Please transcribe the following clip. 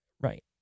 Right